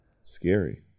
Scary